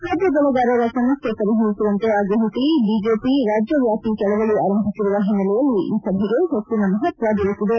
ಕಬ್ಬು ಬೆಳಗಾರರ ಸಮಸ್ಯೆ ಪರಿಹರಿಸುವಂತೆ ಆಗ್ರಹಿಸಿ ಬಿಜೆಪಿ ರಾಜ್ಯವ್ಯಾಪಿ ಚಳವಳಿ ಆರಂಭಿಸಿರುವ ಹಿನ್ನೆಲೆಯಲ್ಲಿ ಈ ಸಭೆಗೆ ಹೆಚ್ಚಿನ ಮಹತ್ವ ಬಂದಿದೆ